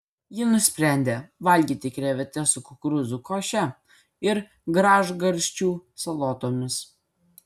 ji nusprendė valgyti krevetes su kukurūzų koše ir gražgarsčių salotomis